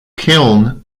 kiln